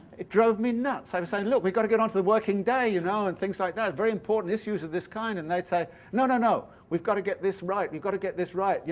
it drove me nuts. i was saying look, we've got to get onto the working day', you know, and things like that, very important issues of this kind, and they'd say no, no, we've got to get this right, we've got to get this right', you